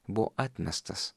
buvo atmestas